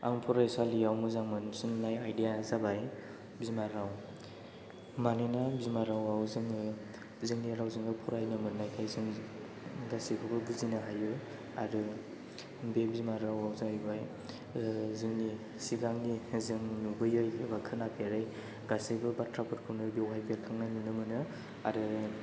आं फरायसालियाव मोजां मोनसिननाय आयदाया जाबाय बिमा राव मानोना बिमा रावआव जोङो जोंनि रावजोंनो फरायनो मोननायखाय जों गासैखौबो बुजिनो हायो आरो बे बिमा रावआव जाहैबाय जोंनि सिगांनि जों नुबोयै एबा खोनाफैरो गासैबो बाथ्राफोरखौनो बेवहाय बेरखांनाय नुनो मोनो आरो